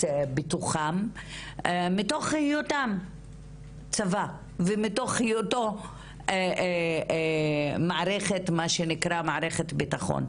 בתוכם וזאת מתוך היותם צבא ומתוך היותו מערכת ביטחון מה שנקרא.